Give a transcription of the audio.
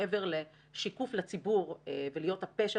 מעבר לשיקוף לציבור ולהיות הפה של